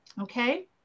okay